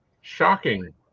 Shocking